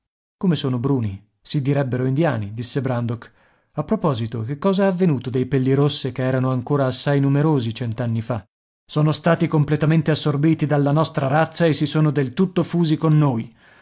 come sono bruni si direbbero indiani disse bran dok a proposito che cosa è avvenuto dei pellirosse che erano ancora assai numerosi cent'anni fa sono stati completamente assorbiti dalla nostra razza e si sono del tutto fusi con noi